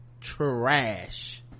trash